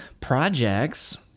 projects